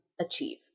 achieve